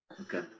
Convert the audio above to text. Okay